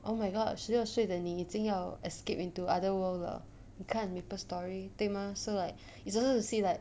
oh my god 十六岁的你已经要 escaped into other world 了你看 maple story 对的 mah so like it's also to see like